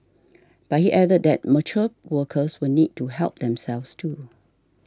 but he added that mature workers will need to help themselves too